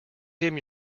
him